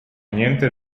niente